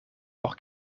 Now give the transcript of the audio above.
por